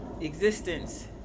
existence